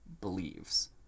believes